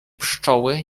pszczoły